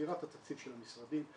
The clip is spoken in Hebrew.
סגירת התקציב של המשרדים,